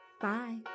Bye